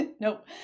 Nope